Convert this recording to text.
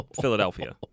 philadelphia